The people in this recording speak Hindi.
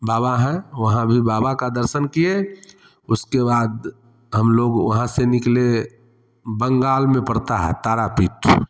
बाबा हैं वहाँ भी बाबा का दर्शन किए उस के बाद हम लोग वहाँ से निकले बंगाल में पड़ता है तारापीठ